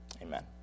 Amen